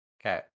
Okay